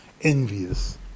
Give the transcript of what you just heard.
envious